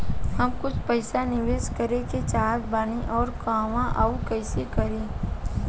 हम कुछ पइसा निवेश करे के चाहत बानी और कहाँअउर कइसे करी?